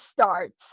starts